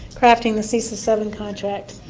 crafting this cesa seven contract.